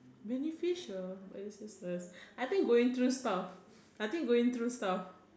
beneficial but it's useless I think going through stuff I think going through stuff